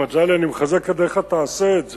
מגלי, אני מחזק את ידיך, תעשה את זה,